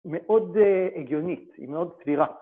‫מאוד הגיונית, היא מאוד סבירה.